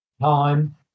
Time